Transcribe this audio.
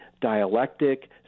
dialectic